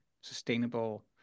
sustainable